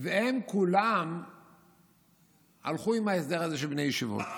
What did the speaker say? והם כולם הלכו עם ההסדר הזה של בני הישיבות.